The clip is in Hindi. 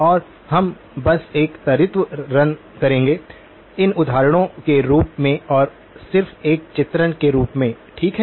और हम बस एक त्वरित रन करेंगे इन उदाहरणों के रूप में और सिर्फ एक चित्रण के रूप में ठीक है